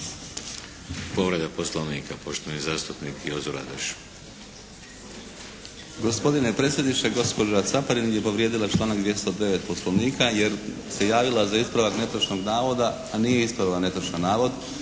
Povreda Poslovnika poštovani zastupnik Jozo Radoš. **Radoš, Jozo (HNS)** Gospodine predsjedniče, gospođa Caparin je povrijedila članak 209. Poslovnika jer se javila za ispravak netočnog navoda a nije ispravila netočan navod.